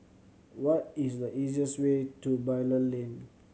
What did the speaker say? what is the easiest way to Bilal Lane